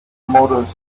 motives